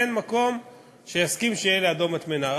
אין מקום שיסכים שתהיה לידו מטמנה,